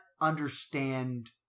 understand